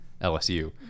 LSU